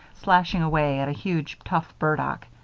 slashing away at a huge, tough burdock.